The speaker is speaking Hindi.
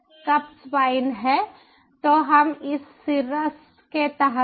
तो हम इस सिरस के तहत हैं